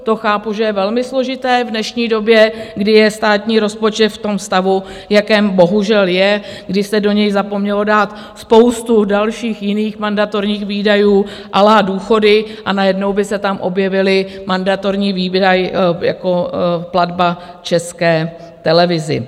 To chápu, že je velmi složité v dnešní době, kdy je státní rozpočet v tom stavu, v jakém bohužel je, když se do něj zapomnělo dát spoustu dalších, jiných mandatorních výdajů, à la důchody, a najednou by se tam objevil i mandatorní výdaj jako platba České televizi.